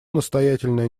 настоятельная